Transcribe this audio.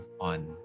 on